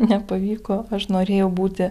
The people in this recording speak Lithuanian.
nepavyko aš norėjau būti